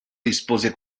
rispose